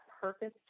purpose